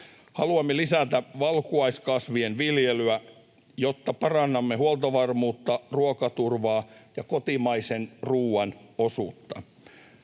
Haluamme lisätä valkuaiskasvien viljelyä, jotta parannamme huoltovarmuutta, ruokaturvaa ja kotimaisen ruoan osuutta.